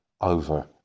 over